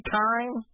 time